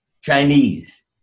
Chinese